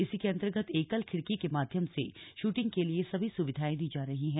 इसी के अंतर्गत एकल खिड़की के माध्यम से शूटिंग के लिए सभी सुविधाएं दी जा रही हैं